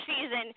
season